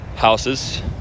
Houses